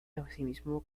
asimismo